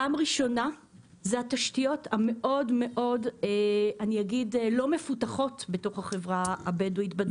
פעם ראשונה זה התשתיות המאוד לא מפותחות בתוך החברה הבדווית בדרום.